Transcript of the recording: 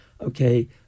okay